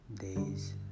days